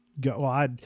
go